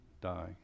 die